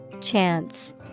Chance